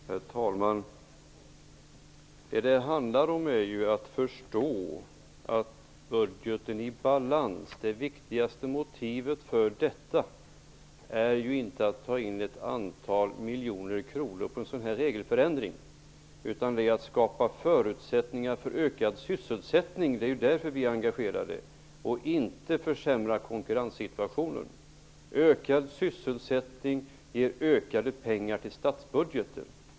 Herr talman! Det handlar om att förstå att det viktigaste motivet för en budget i balans inte är att ta in ett antal miljoner kronor på en sådan här regelförändring. Det är att skapa förutsättningar för ökad sysselsättning - det är därför vi är engagerade - och inte försämra konkurrenssituationen. Ökad sysselsättning ger mer pengar till statsbudgeten.